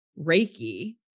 Reiki